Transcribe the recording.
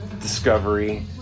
discovery